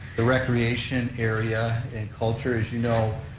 the recreation area, and culture, as you know,